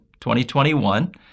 2021